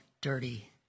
dirty